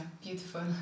beautiful